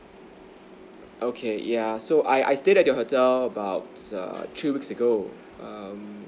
okay yeah so I I stayed at your hotel about err three weeks ago um